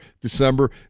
December